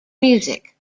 music